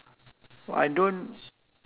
I don't